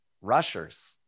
rushers